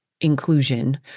inclusion